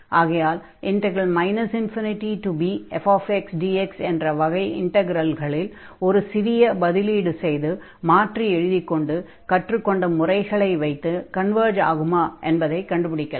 ஆகையால் ∞bfxdx என்ற வகை இன்டக்ரல்களில் ஒரு சிறிய பதிலீடு செய்து மாற்றி எழுதிக் கொண்டு கற்றுக் கொண்ட முறைகளை வைத்து கன்வர்ஜ் ஆகுமா என்பதைக் கண்டுபிடிக்கலாம்